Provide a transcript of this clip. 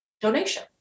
donation